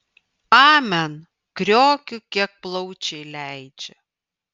amen kriokiu kiek plaučiai leidžia